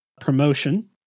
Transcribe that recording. promotion